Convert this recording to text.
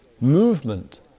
movement